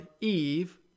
Eve